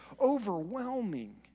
overwhelming